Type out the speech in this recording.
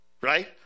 right